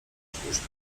sztuczne